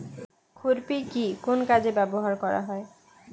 খুরপি কি কোন কাজে ব্যবহার করা হয়?